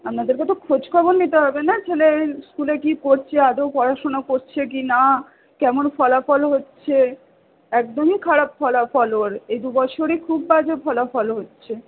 আপনাদেরকে তো খোঁজ খবর নিতে হবে না ছেলে স্কুলে কি করছে আদৌ পড়াশোনা করছে কি না কেমন ফলাফল হচ্ছে একদমই খারাপ ফলাফল ওর এই দু বছরই খুব বাজে ফলাফল হচ্ছে